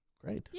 great